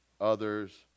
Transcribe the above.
others